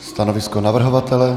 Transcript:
Stanovisko navrhovatele?